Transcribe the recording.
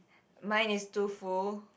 mine is too full